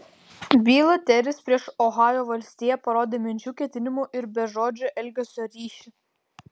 byla teris prieš ohajo valstiją parodė minčių ketinimų ir bežodžio elgesio ryšį